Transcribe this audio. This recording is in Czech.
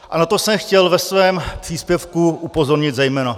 A na to jsem chtěl ve svém příspěvku upozornit zejména.